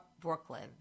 Brooklyn